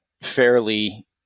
fairly